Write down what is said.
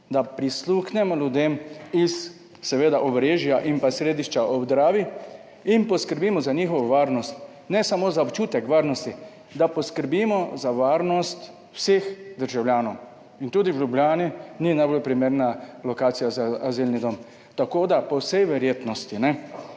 da prisluhnemo ljudem iz seveda Obrežja in pa Središča ob Dravi in poskrbimo za njihovo varnost - ne samo za občutek varnosti. Da poskrbimo za varnost vseh državljanov. In tudi v Ljubljani ni najbolj primerna lokacija za azilni dom, 71. TRAK: (NB) -